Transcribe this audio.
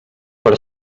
per